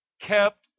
kept